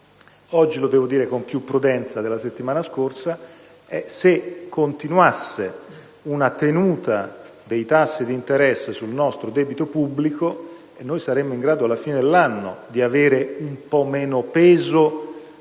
oggi lo devo dire con più prudenza rispetto alla settimana scorsa: se continuasse una tenuta dei tassi di interesse sul nostro debito pubblico, saremo in grado alla fine dell'anno di avere un po' meno peso